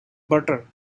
butter